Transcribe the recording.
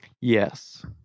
Yes